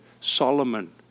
Solomon